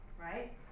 right